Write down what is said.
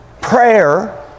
prayer